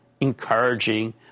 encouraging